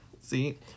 see